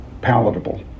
palatable